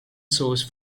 source